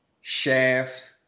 Shaft